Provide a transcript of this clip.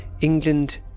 England